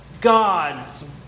God's